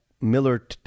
Miller